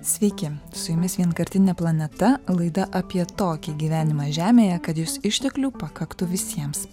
sveiki su jumis vienkartinė planeta laida apie tokį gyvenimą žemėje kad jos išteklių pakaktų visiems